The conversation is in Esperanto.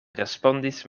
respondis